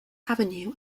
avenue